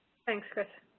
thanks, chris.